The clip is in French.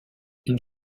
une